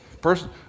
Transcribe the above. person